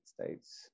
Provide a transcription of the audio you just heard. States